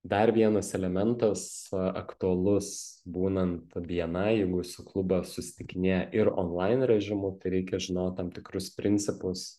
dar vienas elementas aktualus būnant bni jeigu jūsų klubas susitikinėja ir onlain režimu tai reikia žinot tam tikrus principus